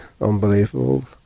unbelievable